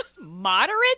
Moderate